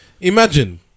Imagine